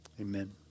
Amen